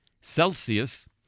Celsius